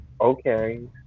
okay